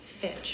Fitch